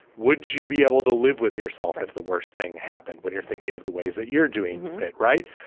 would you be able to live with yourself if the worst thing happened when you're thinking of the ways that you're doing it right.